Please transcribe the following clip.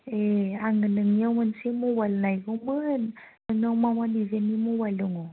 ए आङो नोंनिआव मोनसे मबाइल नायगौमोन नोंनाव मा मा डिजाइननि मबाइल दङ